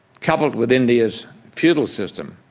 coupled with india's feudal system,